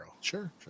Sure